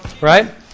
right